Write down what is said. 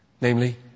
Namely